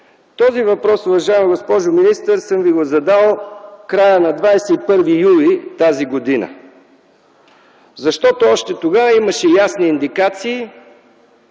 Този въпрос, уважаема госпожо министър, съм Ви го задал в края на 21 юли, т.г., защото още тогава имаше ясни индикации,